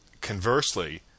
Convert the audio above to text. Conversely